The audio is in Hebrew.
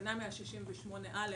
תקנה 168א